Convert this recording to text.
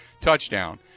touchdown